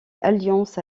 alliance